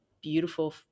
beautiful